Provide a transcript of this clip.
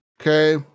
Okay